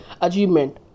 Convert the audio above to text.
achievement